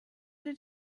did